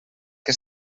que